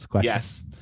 Yes